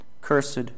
Cursed